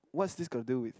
what's this got do with